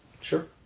Sure